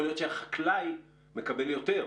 יכול להיות שהחקלאי מקבל יותר,